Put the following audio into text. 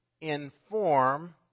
inform